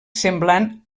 semblant